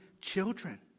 children